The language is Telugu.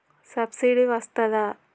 సబ్సిడీ వస్తదా?